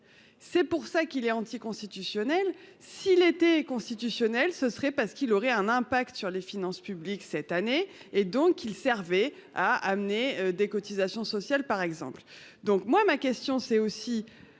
C'est pour ça qu'il est anticonstitutionnel. S'il était constitutionnelle, ce serait parce qu'il aurait un impact sur les finances publiques cette année et donc il servait à amener des cotisations sociales par exemple. Donc moi ma question c'est aussi